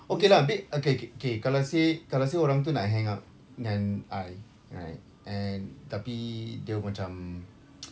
okay lah be~ okay okay okay kalau say kalau say orang tu nak hang out dengan I right tapi dia macam